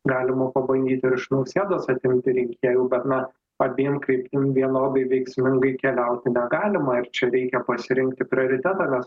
galima pabandyti ir iš nausėdos atimti rinkėjų bet na abiem kaip vienodai veiksmingai keliauti negalima ir čia reikia pasirinkti prioritetą nes